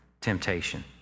temptation